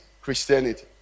Christianity